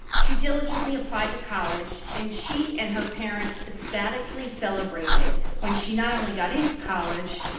she diligently applied to college, and she and her parents ecstatically celebrated when she not only got into college,